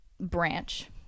branch